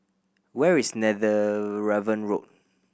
where is Netheravon Road